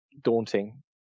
daunting